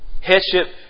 Headship